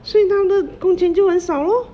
所以他的工钱就很少 lor